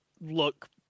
look